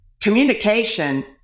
communication